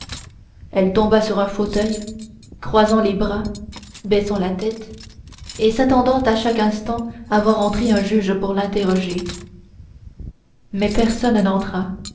elle tomba sur un fauteuil croisant les bras baissant la tête et s'attendant à chaque instant à voir entrer un juge pour l'interroger mais personne n'entra